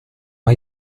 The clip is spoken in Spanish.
hay